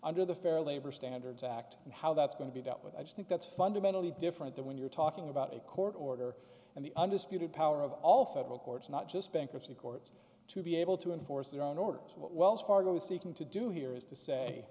under the fair labor standards act and how that's going to be dealt with i just think that's fundamentally different than when you're talking about a court order and the undisputed power of all federal courts not just bankruptcy courts to be able to enforce their own order what wells fargo is seeking to do here is to say